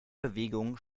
bewegung